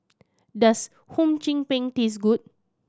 does Hum Chim Peng taste good